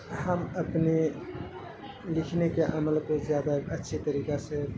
ہم اپنے لکھنے کے عمل کو زیادہ اچھے طریقہ سے